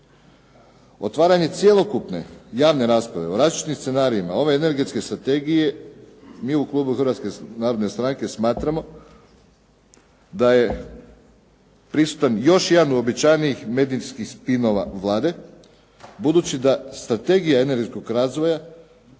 Otvaranje cjelokupne javne rasprave o različitim scenarijima ove energetske strategije, mi u klubu Hrvatske narodne stranke smatramo da je prisutan još jedan uobičajeni medicinski spinova Vlade budući da Strategija energetskog razvoja